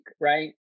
right